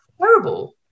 terrible